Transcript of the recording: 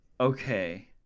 Okay